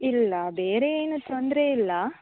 ಇಲ್ಲ ಬೇರೆ ಏನೂ ತೊಂದರೆ ಇಲ್ಲ